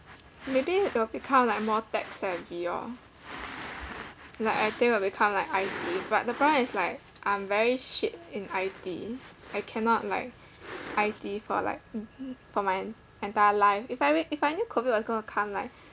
maybe it'll become like more tech savvy lor like I think it'll become like I_T but the problem is like I'm very shit in I_T I cannot like I_T for like for my entire life if I m~ if I knew COVID was going to come like